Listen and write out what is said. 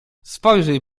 spojrzyj